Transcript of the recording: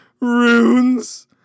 Runes